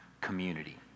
community